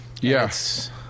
Yes